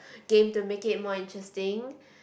game to make it more interesting